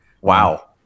Wow